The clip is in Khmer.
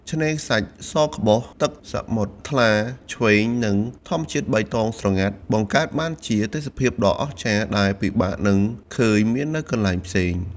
ឆ្នេរខ្សាច់សក្បុស ទឹកសមុទ្រថ្លាឆ្វេង និងធម្មជាតិបៃតងស្រងាត់ បង្កើតបានជាទេសភាពដ៏អស្ចារ្យដែលពិបាកនឹងឃើញមាននៅកន្លែងផ្សេង។